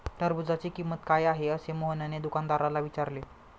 टरबूजाची किंमत काय आहे असे मोहनने दुकानदाराला विचारले?